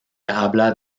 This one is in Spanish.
habla